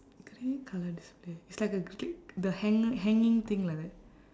grey colour display it's like a g~ the hanger hanging thing like that